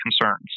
concerns